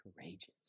courageous